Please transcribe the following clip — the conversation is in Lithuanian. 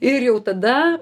ir jau tada